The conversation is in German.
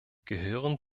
gehören